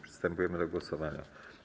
Przystępujemy do głosowania.